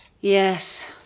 Yes